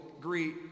greet